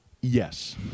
Yes